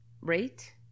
rate